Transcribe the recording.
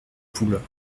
poules